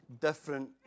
different